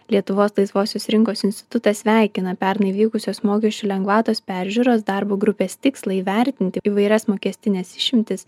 lietuvos laisvosios rinkos institutas sveikina pernai vykusios mokesčių lengvatos peržiūros darbo grupės tikslą įvertinti įvairias mokestines išimtis